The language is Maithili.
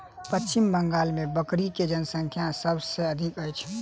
पश्चिम बंगाल मे बकरी के जनसँख्या सभ से अधिक अछि